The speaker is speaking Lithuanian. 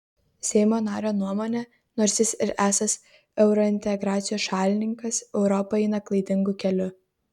seimo nario nuomone nors jis ir esąs eurointegracijos šalininkas europa eina klaidingu keliu